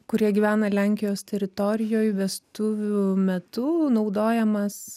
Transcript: kurie gyvena lenkijos teritorijoj vestuvių metu naudojamas